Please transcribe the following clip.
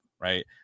Right